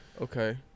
Okay